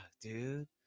dude